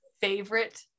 favorite